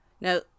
Now